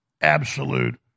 absolute